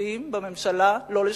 הטבעיים בממשלה לא לשנות,